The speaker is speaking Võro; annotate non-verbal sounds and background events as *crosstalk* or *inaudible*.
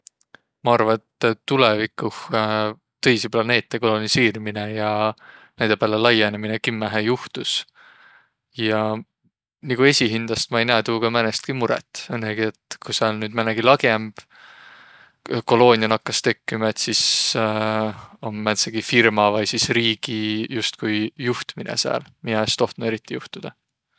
Maq arva, et tulõvikuh *hesitation* tõisi planeete kolonisiirmine ja näide pääle laiõnõminõ kimmähe juhtus. Ja nigu esiqhindäst maq ei näeq tuuga määnestki murõt, õnnõgi et ku sääl nüüd määnegi lagjemb koloonia nakkas tekkümä, et sis *hesitation* om määndsegi firma vai sis riigi justkui juhtminõ sääl, miä es tohtnuq eriti juhtudaq.